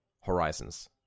horizons